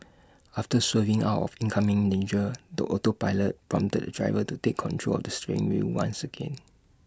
after swerving out of incoming danger the autopilot prompted the driver to take control of the steering wheel once again